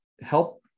help